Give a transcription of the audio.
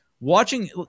Watching